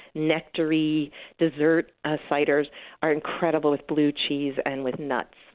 nectary dessert ah ciders are incredible with blue cheese and with nuts.